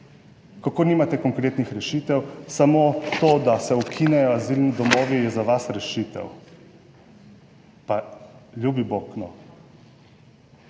kako nimate konkretnih rešitev, samo to, da se ukinejo azilni domovi je za vas rešitev. Pa ljubi bog,